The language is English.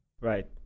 Right